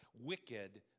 wicked